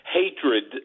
hatred